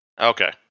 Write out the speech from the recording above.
okay